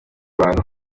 bantu